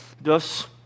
Thus